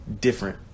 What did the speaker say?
different